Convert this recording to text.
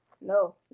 No